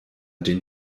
den